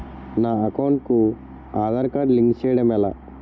నా అకౌంట్ కు Aadhaar card link చేయడం ఎలా?